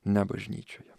ne bažnyčioje